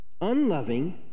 unloving